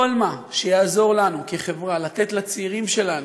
כל מה שיעזור לנו כחברה לתת לצעירים שלנו,